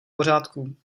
pořádku